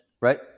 Right